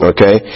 Okay